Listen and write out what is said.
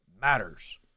matters